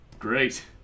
Great